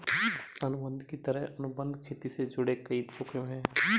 अनुबंध की तरह, अनुबंध खेती से जुड़े कई जोखिम है